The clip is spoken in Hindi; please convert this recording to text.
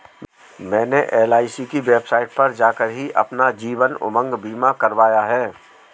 मैंने एल.आई.सी की वेबसाइट पर जाकर ही अपना जीवन उमंग बीमा करवाया है